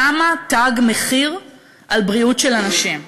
שמה תג מחיר על בריאות של אנשים.